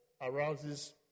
arouses